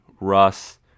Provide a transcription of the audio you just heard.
Russ